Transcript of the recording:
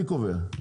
מי קובע?